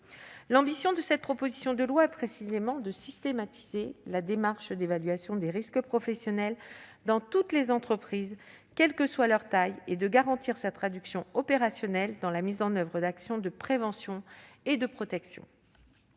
L'ambition de cette proposition de loi est précisément de systématiser la démarche d'évaluation des risques professionnels dans toutes les entreprises, indépendamment de leur taille, et de garantir sa traduction opérationnelle dans la mise en oeuvre d'actions de prévention et de protection.